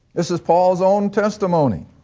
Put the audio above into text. this is pauls own testimony.